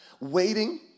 waiting